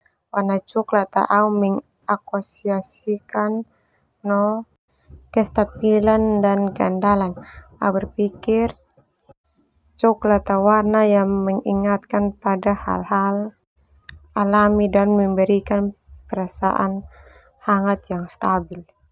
Warna coklat au mengasosiasikan no kestabilan dan keandalan. Au berpikir coklat warna yang mengingatkan pada hal-hal alami dan memberikan perasaan hangat yang stabil.